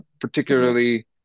particularly